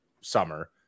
summer